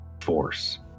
force